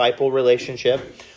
relationship